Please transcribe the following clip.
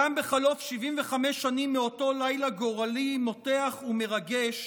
גם בחלוף 75 שנים מאותו לילה גורלי, מותח ומרגש,